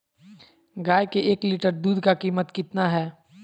गाय के एक लीटर दूध का कीमत कितना है?